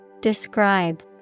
Describe